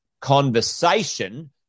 conversation